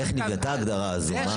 איך נבנתה ההגדרה הזו.